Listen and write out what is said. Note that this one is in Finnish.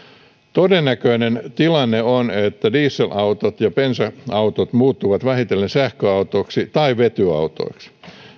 todennäköinen tilanne on että dieselautot ja bensa autot muuttuvat vähitellen sähköautoiksi tai vetyautoiksi